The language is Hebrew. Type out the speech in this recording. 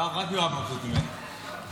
לא הבנתי, מה, אתם עייפים, כאילו?